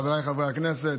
חבריי חברי הכנסת,